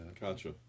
Gotcha